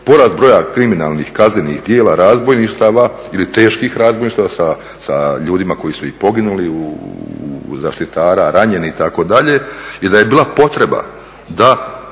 porast broja kriminalnih kaznenih djela razbojništava ili teških razbojništava sa ljudima koji su i poginuli, zaštitari ranjeni itd. i da je bila potreba da